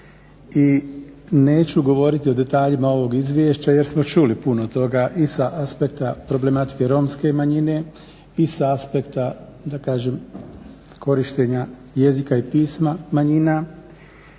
i neću govoriti o detaljima ovog izvješća jer smo čuli puno toga i sa aspekta problematike romske manjine i sa aspekta da kažem korištenja jezika i pisma manjina